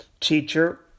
teacher